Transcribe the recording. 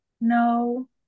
no